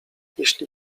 jeśli